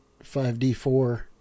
5D4